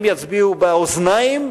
המאזינים יצביעו באוזניים,